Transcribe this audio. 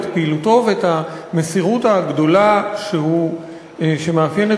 את פעילותו ואת המסירות הגדולה שמאפיינת